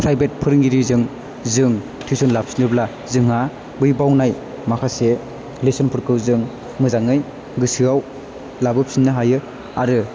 private फोरोंगिरिजों जों tuition लाफिनोब्ला जोंहा बै बावनाय माखासे लेसन फोरखौ जों मोजाङै गोसोआव लाबोफिन्नो हायो आरो